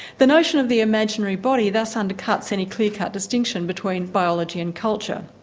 the notion of the imaginary body thus undercuts any clear-cut distinction between biology and culture.